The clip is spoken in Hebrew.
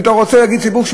אם אתה רוצה להגיד ציבור,